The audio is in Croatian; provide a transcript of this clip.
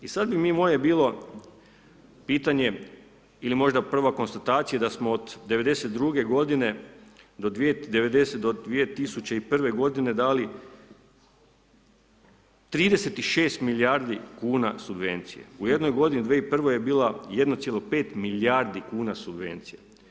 I sad bi mi moje bilo pitanje ili možda prva konstatacija da smo od '92. g. do 2001. dali 36 milijardi kuna subvencije, u jednoj godini 2001. je bila 1,5 milijardi kuna subvencija.